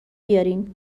بیارین